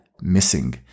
missing